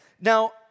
Now